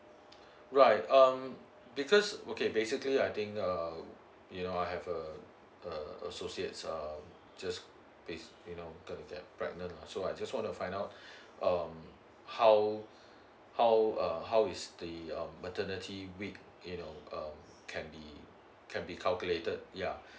right um because okay basically I think um you know I have uh a associate um just bas~ you know going to get pregnant lah so I just want to find out um how how uh how is the uh maternity week you know um can be can be calculated yeah